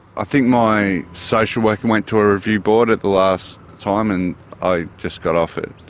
i think my social worker went to a review board at the last time and i just got off it.